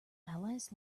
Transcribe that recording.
allies